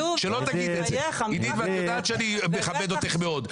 את יודעת שאני מכבד אותך מאוד,